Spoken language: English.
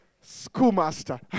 schoolmaster